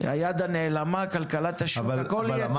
היד הנעלמה, כלכלת השוק, הכול יהיה טוב.